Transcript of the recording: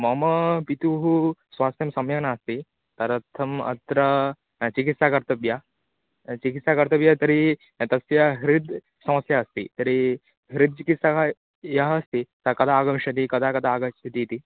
मम पितुः स्वास्थ्यं सम्यग् नास्ति तदर्थम् अत्र चिकित्सा कर्तव्या चिकित्सा कर्तव्या तर्हि तस्य हृत् समस्या अस्ति तरि हृत् चिकित्सकः यः अस्ति सः कदा आगमिष्यति कदा कदा आगच्छतीति